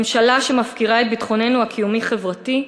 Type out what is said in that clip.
ממשלה שמפקירה את ביטחוננו הקיומי-חברתי,